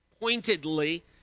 pointedly